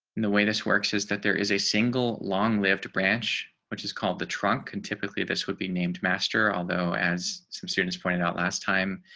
the way this works is that there is a single long lived branch, which is called the trunk and typically this would be named master. although, as some students pointed out last time.